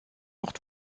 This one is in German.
ort